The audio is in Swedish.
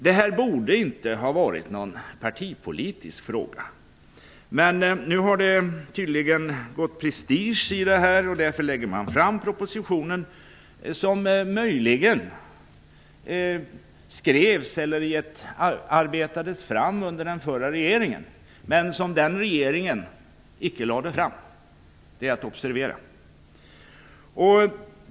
Det här borde inte ha varit någon partipolitisk fråga. Men nu har det tydligen gått prestige i frågan, och därför lägger man fram propositionen. Denna arbetades möjligen fram under den förra regeringen, men den regeringen lade icke fram den - det är att observera.